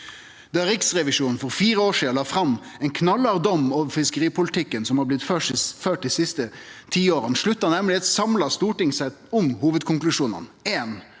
Da Riksrevisjonen for fire år sidan la fram ein knallhard dom over den fiskeripolitikken som er blitt ført dei siste tiåra, slutta nemleg eit samla storting seg om hovudkonklusjonane: